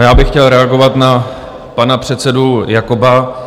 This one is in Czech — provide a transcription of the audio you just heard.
Já bych chtěl reagovat na pana předsedu Jakoba.